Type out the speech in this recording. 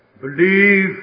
Believe